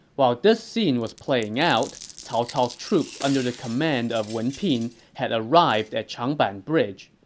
while this scene was playing out, cao cao's troops under the command of wen pin had arrived at changban bridge.